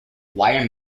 wire